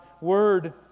word